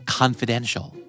confidential